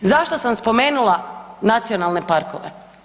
Zašto sam spomenula nacionalne parkove?